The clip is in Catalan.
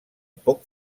poc